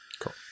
Cool